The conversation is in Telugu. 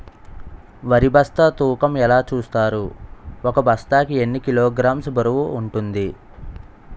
వరి బస్తా తూకం ఎలా చూస్తారు? ఒక బస్తా కి ఎన్ని కిలోగ్రామ్స్ బరువు వుంటుంది?